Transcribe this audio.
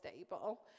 stable